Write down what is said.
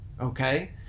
okay